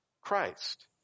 Christ